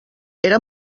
era